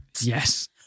Yes